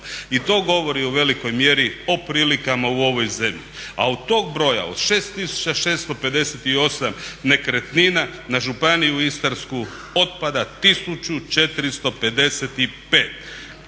i to govori u velikoj mjeri o prilikama u ovoj zemlji. A od tog broja od 6658 nekretnina na Županiju istarsku otpada 1455.